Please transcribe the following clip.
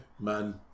Man